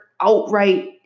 outright